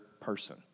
person